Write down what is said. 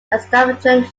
extravagant